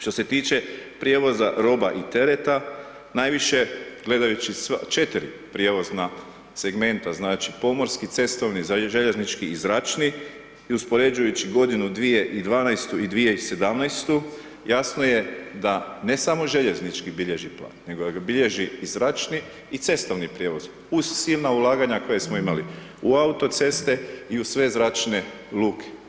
Što se tiče prijevoza roba i tereta, najviše gledajući 4 prijevozna segmenta, znači pomorski, cestovni, željeznički i zračni i uspoređujući godinu 2012. i 2017. jasno je da, ne samo željeznički bilježi pad, nego ga bilježi i zračni i cestovni prijevoz, uz silna ulaganja koja smo imali u autoceste i u sve zračne luke.